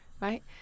Right